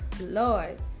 Lord